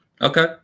okay